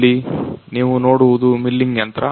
ಇಲ್ಲಿ ನೀವು ನೋಡುವುದು ಮಿಲ್ಲಿಂಗ್ ಯಂತ್ರ